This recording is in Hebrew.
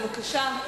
בבקשה.